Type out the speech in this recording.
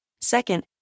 Second